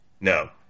No